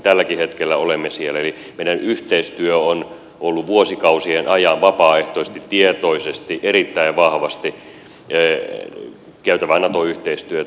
tälläkin hetkellä olemme siellä eli meidän yhteistyömme on ollut vuosikausien ajan vapaaehtoisesti tietoisesti erittäin vahvasti käytävää nato yhteistyötä